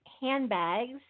handbags